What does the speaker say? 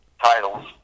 titles